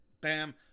Bam